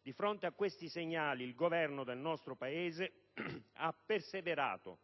Di fronte a questi segnali, il Governo del nostro Paese ha perseverato,